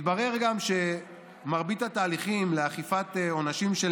גם מתברר שמרבית התהליכים לאכיפת עונשים של